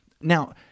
Now